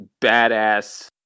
badass